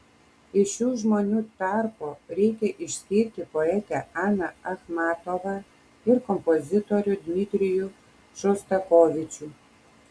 iš šių žmonių tarpo reikia išskirti poetę aną achmatovą ir kompozitorių dmitrijų šostakovičių